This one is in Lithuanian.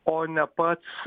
o ne pats